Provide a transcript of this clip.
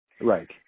Right